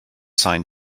sign